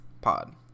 pod